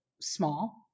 small